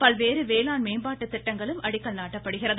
பல்வேறு வேளாண் மேம்பாட்டு திட்டங்களுக்கும் அடிக்கல் நாட்டப்படுகிறது